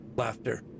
Laughter